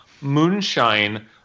moonshine